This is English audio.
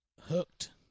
hooked